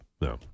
No